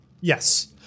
Yes